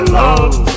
love